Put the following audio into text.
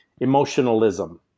emotionalism